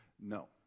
no